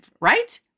right